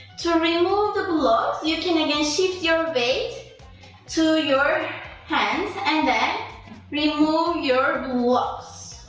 to remove the blocks, you can again shift your weight to your hands and then remove your and blocks,